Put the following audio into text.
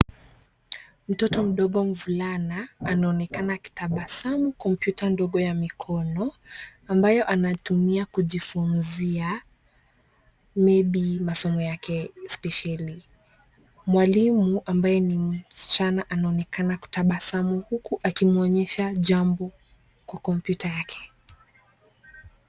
Mtoto mdogo, mvulana, anaonekana akitabasamu, kompyuta ndogo ya mikono, ambayo anatumia kujifunzia, maybe masomo yake, spesheli. Mwalimu, ambaye ni msichana, anaonekana kutabasamu huku akimuonyesha jambo kwa kompyuta yake.